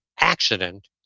accident